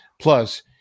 Plus